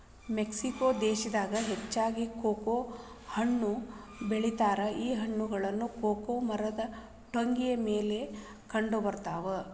Mexico ದೇಶದಾಗ ಹೆಚ್ಚಾಗಿ cocoa ಹಣ್ಣನ್ನು ಬೆಳಿತಾರ ಈ ಹಣ್ಣುಗಳು ಕೊಕೊ ಮರದ ಟೊಂಗಿ ಮೇಲೆ ಕಂಡಬರ್ತಾವ